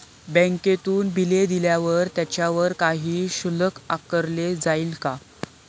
बँकेतून बिले दिल्यावर त्याच्यावर काही शुल्क आकारले जाईल का?